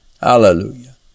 Hallelujah